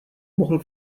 mohl